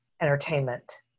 entertainment